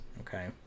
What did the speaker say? Okay